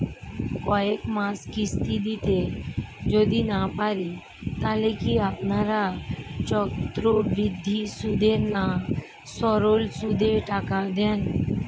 কয়েক মাস কিস্তি দিতে যদি না পারি তাহলে কি আপনারা চক্রবৃদ্ধি সুদে না সরল সুদে টাকা দেন?